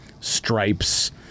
Stripes